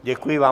Děkuji vám.